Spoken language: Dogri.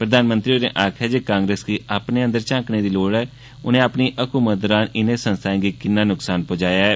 प्रधानमंत्री होरें आखेआ ऐ जे कांग्रेस गी अपने अंदर झांकना लोडचदा जे उनै अपनी हकूमत दौरान इने संस्थायें गी किन्ना नुक्सान पुजाया ऐ